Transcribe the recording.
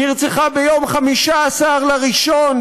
נרצחה ביום 15 בינואר,